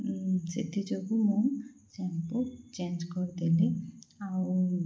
ସେଥିଯୋଗୁଁ ମୁଁ shampoo change କରିଦେଲି ଆଉ